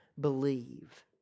believe